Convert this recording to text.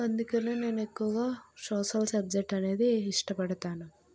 అందుకనే నేను ఎక్కువగా సోషల్ సబ్జెక్ట్ అనేది ఇష్టపడతాను